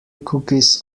cookies